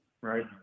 Right